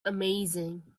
amazing